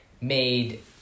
made